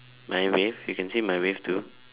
my wave you can see my wave too